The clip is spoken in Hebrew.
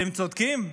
אתם צודקים,